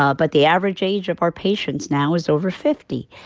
ah but the average age of our patients now is over fifty,